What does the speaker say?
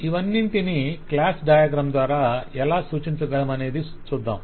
ఇవన్నింటినీ class diagram ద్వారా ఎలా సూచించగలమనేది చూద్దాం